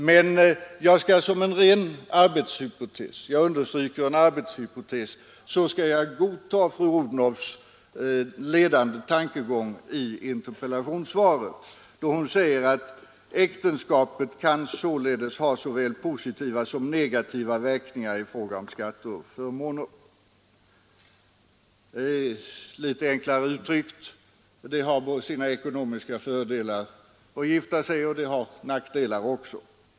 Men jag skall som en ren arbetshypotes — jag understryker arbetshypotes — godta fru Odhnoffs ledande tankegång i interpellationssvaret då hon sade: ”Äktenskapet kan således ha såväl positiva som negativa verkningar i fråga om skatter och förmåner.” Litet enklare uttryckt: Det har sina ekonomiska fördelar att gifta sig, och det har sina nackdelar också.